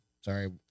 sorry